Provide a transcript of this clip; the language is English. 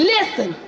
Listen